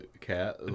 cat